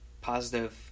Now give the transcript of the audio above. positive